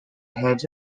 heads